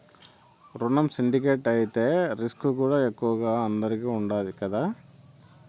రునం సిండికేట్ అయితే రిస్కుకూడా ఎక్కువగా అందరికీ ఉండాది కదా